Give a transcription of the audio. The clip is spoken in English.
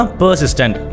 persistent